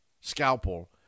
scalpel